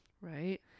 Right